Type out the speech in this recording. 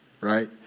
Right